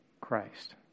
Christ